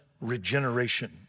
regeneration